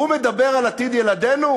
הוא מדבר על עתיד ילדינו?